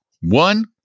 One